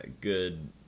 good